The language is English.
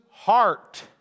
heart